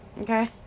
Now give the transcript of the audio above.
Okay